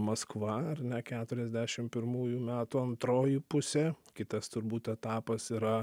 maskva ar ne keturiasdešim pirmųjų metų antroji pusė kitas turbūt etapas yra